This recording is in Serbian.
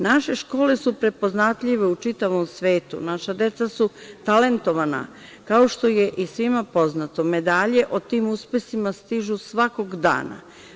Naše škole su prepoznatljive u čitavom svetu, naša deca su talentovana, kao što je i svima poznato, medalje o tim uspesima stižu svakog dana.